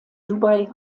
dubai